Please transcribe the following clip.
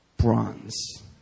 bronze